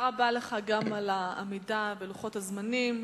תודה רבה לך, גם על העמידה בלוח הזמנים.